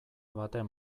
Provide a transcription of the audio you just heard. baten